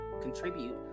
contribute